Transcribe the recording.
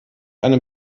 eine